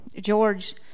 George